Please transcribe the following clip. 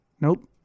nope